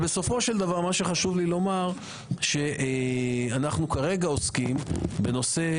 בסופו של דבר מה שחשוב לי לומר זה שאנחנו כרגע עוסקים בנושא